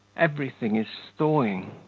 everything is thawing,